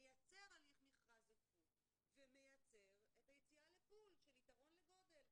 מייצר הליך מכרז הפוך ומייצר את היציאה לפול של יתרון לגודל,